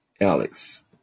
Alex